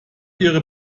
ihre